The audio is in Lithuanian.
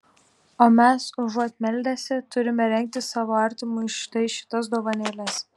o mes užuot meldęsi turime rengti savo artimui štai šitas dovanėles